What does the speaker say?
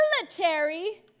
military